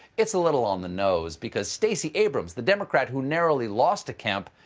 it's a little on the nose, because stacey abrams, the democrat who narrowly lost to kemp,